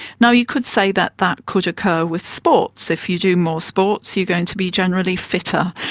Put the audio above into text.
now, you could say that that could occur with sports. if you do more sports you're going to be generally fitter.